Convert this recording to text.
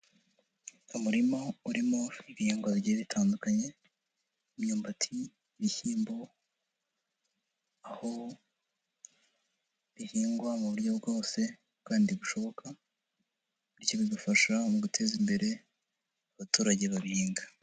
Umurima urimo ibihingwa bigiye bitandukanye imyumbati, ibishyimbo, aho bihingwa mu buryo bwose kandi bushoboka bityo bigafasha mu guteza imbere abaturage babihinga.